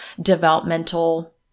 developmental